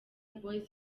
boys